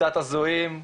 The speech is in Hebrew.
קצת הזויים,